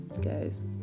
guys